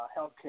healthcare